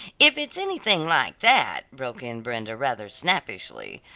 if it's anything like that, broke in brenda, rather snappishly,